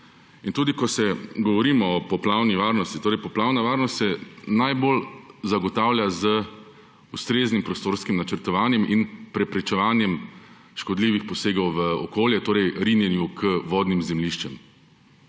Tudi ko govorimo o poplavni varnosti, torej, poplavna varnost se najbolj zagotavlja z ustreznim prostorskim načrtovanjem in preprečevanjem škodljivih posegov v okolje; torej rinjenju k vodnim zemljiščem.